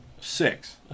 six